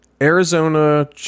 Arizona